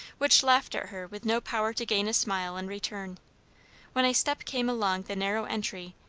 which laughed at her with no power to gain a smile in return when a step came along the narrow entry,